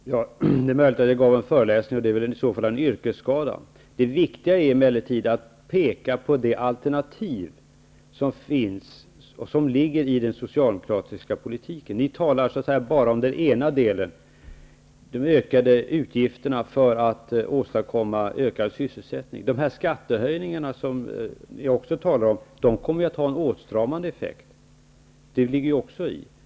Fru talman! Det är möjligt att det var en föreläsning som jag gav, i så fall är det en form av yrkesskada. Det viktiga är emellertid att peka på de alternativ som ligger i den socialdemokratiska politiken. Ni talar enbart om, så att säga, den ena delen, nämligen de ökade utgifterna för att åstadkomma ökad sysselsättning. Skattehöjningarna som det också talas om kommer ju att ha en åtstramande effekt.